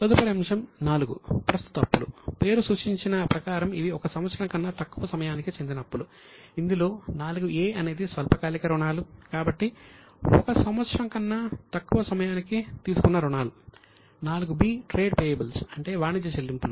తదుపరి అంశం 4 ప్రస్తుత అప్పులు అంటే వాణిజ్య చెల్లింపులు